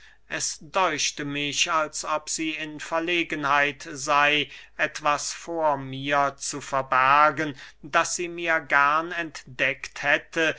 es däuchte mich als ob sie in verlegenheit sey etwas vor mir zu verbergen das sie mir gern entdeckt hätte